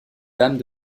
dames